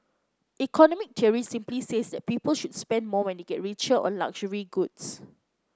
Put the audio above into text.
economic theory simply says that people should spend more when they get richer on luxury goods